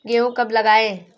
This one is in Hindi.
गेहूँ कब लगाएँ?